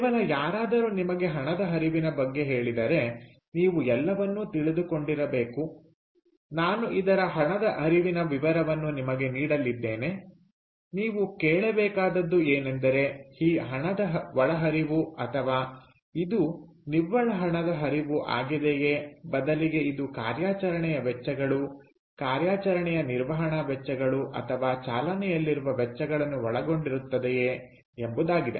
ಕೇವಲ ಯಾರಾದರೂ ನಿಮಗೆ ಹಣದ ಹರಿವಿನ ಬಗ್ಗೆ ಹೇಳಿದರೆ ನೀವು ಎಲ್ಲವನ್ನೂ ತಿಳಿದುಕೊಂಡಿರಬೇಕು ನಾನು ಇದರ ಹಣದ ಹರಿವಿನ ವಿವರವನ್ನು ನಿಮಗೆ ನೀಡಲಿದ್ದೇನೆ ನೀವು ಕೇಳಬೇಕಾದದ್ದು ಏನೆಂದರೆ ಈ ಹಣದ ಒಳಹರಿವು ಅಥವಾ ಇದು ನಿವ್ವಳ ಹಣದ ಹರಿವು ಆಗಿದೆಯೇ ಬದಲಿಗೆ ಇದು ಕಾರ್ಯಾಚರಣೆಯ ವೆಚ್ಚಗಳು ಕಾರ್ಯಾಚರಣೆಯ ನಿರ್ವಹಣಾ ವೆಚ್ಚಗಳು ಅಥವಾ ಚಾಲನೆಯಲ್ಲಿರುವ ವೆಚ್ಚಗಳನ್ನು ಒಳಗೊಂಡಿರುತ್ತದೆಯೇ ಎಂಬುದಾಗಿದೆ